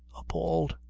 appalled.